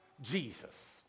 Jesus